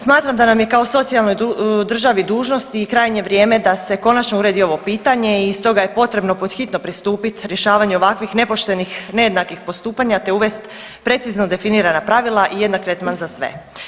Smatram da nam je kao socijalnoj državi dužnost i krajnje vrijeme da se konačno uredi ovo pitanje i stoga je potrebno pod hitno pristupit rješavanju ovakvih nepoštenih nejednakih postupanja te uvest precizno definirana pravila i jednak tretman za sve.